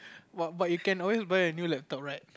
what but you can always buy a new laptop right